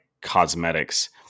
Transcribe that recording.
cosmetics